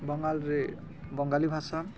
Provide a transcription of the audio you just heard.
ବଙ୍ଗାଲରେ ବଙ୍ଗାଳୀ ଭାଷା